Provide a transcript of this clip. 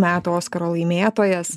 metų oskaro laimėtojas